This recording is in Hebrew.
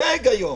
זה ההיגיון.